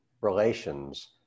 relations